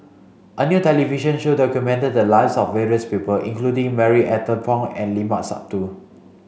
a new television show documented the lives of various people including Marie Ethel Bong and Limat Sabtu